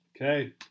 Okay